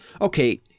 okay